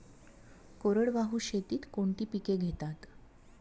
कोरडवाहू शेतीत कोणती पिके घेतात?